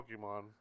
Pokemon